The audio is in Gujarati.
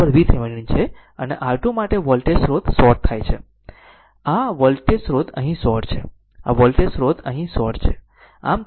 તો આ મારી Voc VThevenin છે અને R2 માટે વોલ્ટેજ સ્ત્રોત શોર્ટ થાય છે આ વોલ્ટેજ સ્રોત અહીં શોર્ટ છે આ વોલ્ટેજ સ્રોત અહીં શોર્ટ છે